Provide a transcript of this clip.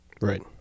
Right